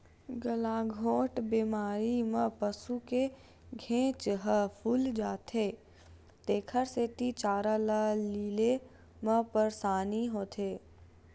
गलाघोंट बेमारी म पसू के घेंच ह फूल जाथे तेखर सेती चारा ल लीले म परसानी होथे